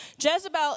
Jezebel